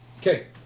Okay